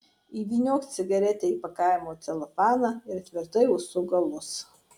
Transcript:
įvyniok cigaretę į pakavimo celofaną ir tvirtai užsuk galus